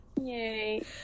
Yay